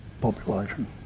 population